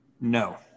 No